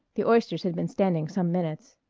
the oysters had been standing some minutes.